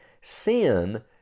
sin